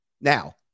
Now